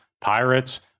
pirates